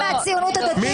יש שניים מהציונות הדתית?